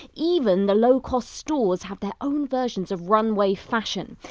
even the low-cost stores have their own versions of runway fashion.